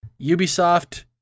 Ubisoft